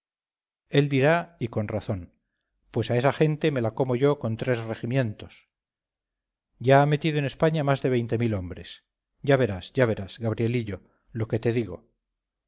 él dirá y con razón pues a esa gente me la como yo con tres regimientos ya ha metido en españa más de veinte mil hombres ya verás ya verás gabrielillo lo que te digo